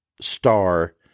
star